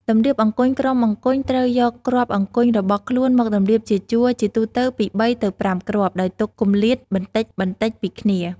តម្រៀបអង្គញ់ ក្រុមអង្គញ់ត្រូវយកគ្រាប់អង្គញ់របស់ខ្លួនមកតម្រៀបជាជួរ ជាទូទៅពី ៣ ទៅ ៥ គ្រាប់ ដោយទុកគម្លាតបន្តិចៗពីគ្នា ។